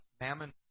Mammon